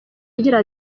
agira